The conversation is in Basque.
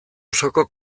osoko